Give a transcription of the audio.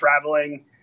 Traveling